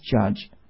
judge